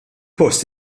post